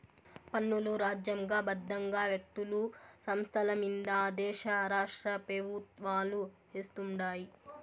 పన్నులు రాజ్యాంగ బద్దంగా వ్యక్తులు, సంస్థలమింద ఆ దేశ రాష్ట్రపెవుత్వాలు వేస్తుండాయి